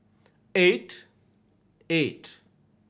eight eight